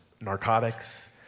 narcotics